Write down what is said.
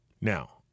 Now